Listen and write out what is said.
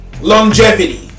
longevity